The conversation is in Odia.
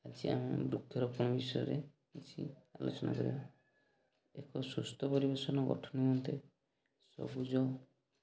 ଆଜି ଆମ ବୃକ୍ଷରୋପଣ ବିଷୟରେ କିଛି ଆଲୋଚନା କରିବା ଏକ ସୁସ୍ଥ ପରିବେଷ ଗଠନ ନିମନ୍ତେ ସବୁଜ